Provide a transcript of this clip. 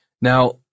Now